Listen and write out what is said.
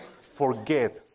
forget